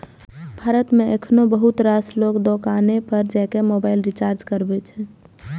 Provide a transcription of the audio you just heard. भारत मे एखनो बहुत रास लोग दोकाने पर जाके मोबाइल रिचार्ज कराबै छै